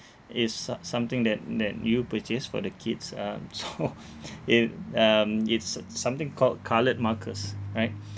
it's so~ something that that you purchased for the kids um so it um it's s~ something called coloured markers right